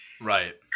Right